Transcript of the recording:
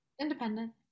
Independent